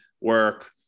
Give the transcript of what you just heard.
work